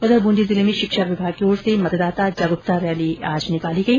उधर बूंदी जिले में शिक्षा विभाग की ओर से मतदाता जागरूकता रैली निकाली गई